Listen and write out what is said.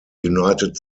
united